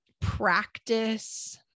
practice